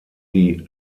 die